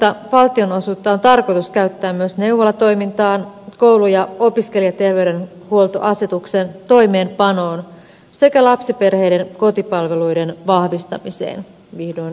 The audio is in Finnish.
kasvanutta valtionosuutta on tarkoitus käyttää myös neuvolatoimintaan koulu ja opiskelijaterveydenhuoltoasetuksen toimeenpanoon sekä lapsiperheiden kotipalveluiden vahvistamiseen vihdoin viimein